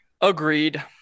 Agreed